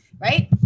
right